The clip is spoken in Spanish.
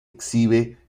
exhibe